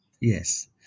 Yes